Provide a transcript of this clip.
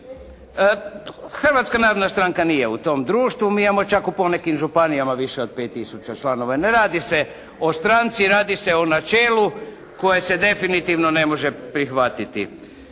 Hrvatska narodna stranka nije u tom društvu. Mi imamo čak u ponekim županijama više od 5 tisuća članova. Ne radi se o stranci. Radi se o načelu koje se definitivno ne može prihvatiti.